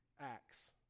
acts